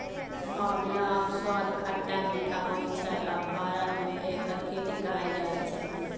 आंवलाक स्वाद खट्टा मीठा होइ छै आ भारत मे एकर खेती कैल जाइ छै